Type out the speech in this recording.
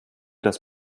das